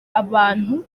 abantu